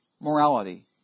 morality